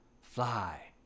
fly